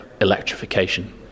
electrification